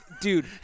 Dude